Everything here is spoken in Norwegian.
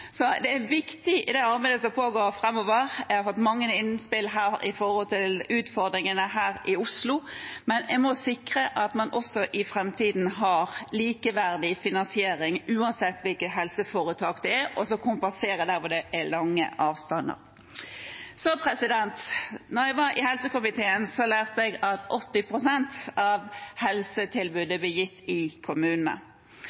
Det er viktig i det arbeidet som pågår framover – vi har fått mange innspill når det gjelder utfordringene her i Oslo – å sikre at man også i framtiden har likeverdig finansiering uansett hvilket helseforetak det gjelder, og kompensere der det er lange avstander. Da jeg satt i helsekomiteen, lærte jeg at 80 pst. av